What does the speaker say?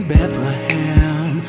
Bethlehem